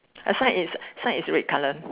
ah side is side is red colour